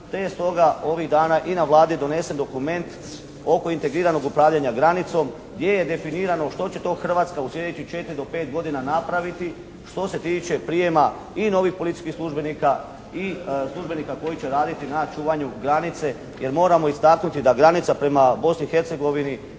je stoga, ovih dana i na Vladi donesen dokument oko integriranog upravljanja granicom gdje je definirano što će to Hrvatska u sljedećih četiri do pet godina napraviti što se tiče prijema i novih policijskih službenika i službenika koji će raditi na čuvanju granice, jer moramo istaknuti da granica prema Bosni i Hercegovini